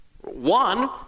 One